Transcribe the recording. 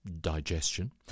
digestion